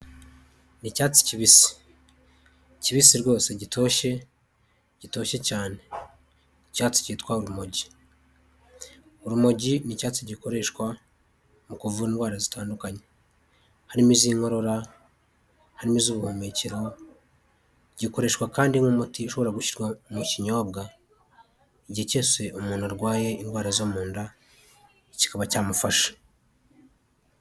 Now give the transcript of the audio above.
Ni icyatsi kibisi. Kibisi rwose gitoshye, gitoshye cyane. Kitwa urumogi. Urumogi ni icyatsi gikoreshwa mu kuvura indwara zitandukanye. Harimo iz'inkokorarora, harimo iz'ubuhumekero. Gikoreshwa kandi nk'umuti ushobora gushyirwa mu kinyobwa, igihe cyose umuntu arwaye indwara zo mu nda kikaba cyamufasha.